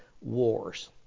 Wars